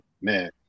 man